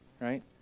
Right